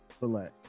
relax